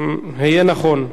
הֱיֵה נכון.